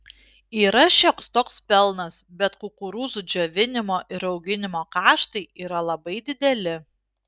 yra šioks toks pelnas bet kukurūzų džiovinimo ir auginimo kaštai yra labai dideli